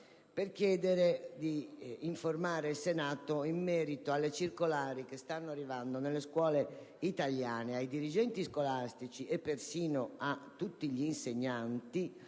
al Governo di informare il Senato in merito alle circolari che stanno arrivando nelle scuole italiane ai dirigenti scolastici e persino agli insegnanti.